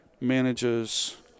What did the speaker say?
manages